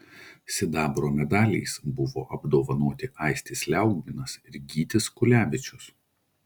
sidabro medaliais buvo apdovanoti aistis liaugminas ir gytis kulevičius